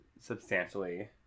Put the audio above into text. substantially